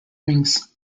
rings